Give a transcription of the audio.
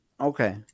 Okay